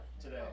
today